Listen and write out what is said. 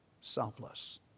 selfless